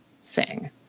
sing